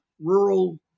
rural